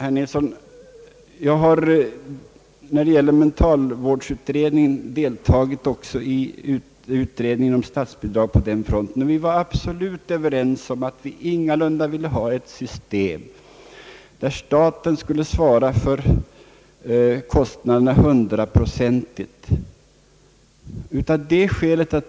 Herr Nilsson, jag har när det gäller mentalvårdsutredningen deltagit också i ut redningen om statsbidrag, och vi var alla överens om att vi ingalunda ville ha ett system där staten skulle svara för kostnaderna hundraprocentigt.